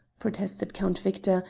protested count victor,